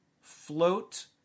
float